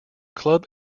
club